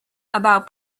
about